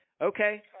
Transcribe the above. Okay